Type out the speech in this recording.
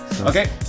okay